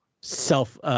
self